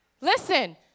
Listen